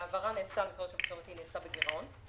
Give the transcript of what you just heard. כשההעברה נעשתה, היא נעשתה בגירעון,